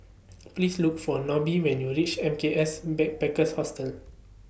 Please Look For Nobie when YOU REACH M K S Backpackers Hostel